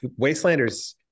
Wastelanders